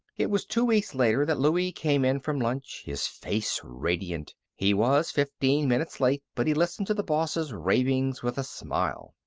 it was two weeks later that louie came in from lunch, his face radiant. he was fifteen minutes late, but he listened to the boss's ravings with a smile.